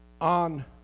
on